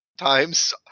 times